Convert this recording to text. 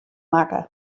makke